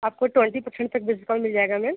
आपको twenty percent तक discount मिल जाएगा मैम